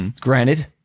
Granted